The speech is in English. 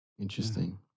Interesting